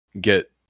get